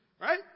right